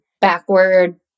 backward